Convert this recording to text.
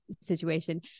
situation